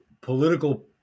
political